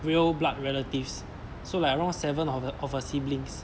real blood relatives so like around seven of her of her siblings